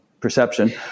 perception